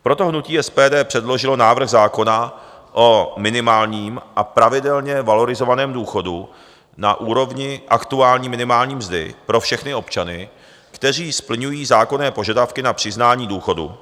Proto hnutí SPD předložilo návrh zákona o minimálním a pravidelně valorizovaném důchodu na úrovni aktuální minimální mzdy pro všechny občany, kteří splňují zákonné požadavky na přiznání důchodu.